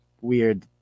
weird